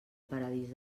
paradís